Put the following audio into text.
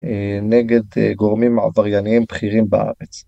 נגד גורמים עבריינים בכירים בארץ.